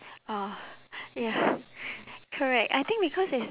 oh ya correct I think because it's